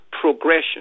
progression